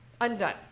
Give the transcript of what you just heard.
undone